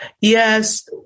Yes